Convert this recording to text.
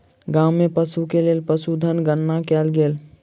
गाम में पशु के लेल पशुधन गणना कयल गेल